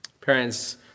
Parents